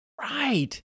Right